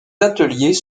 ateliers